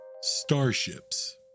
Starships